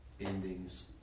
endings